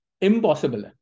impossible